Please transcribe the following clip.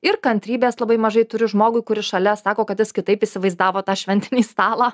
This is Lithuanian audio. ir kantrybės labai mažai turi žmogui kuris šalia sako kad jis kitaip įsivaizdavo tą šventinį stalą